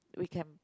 weekend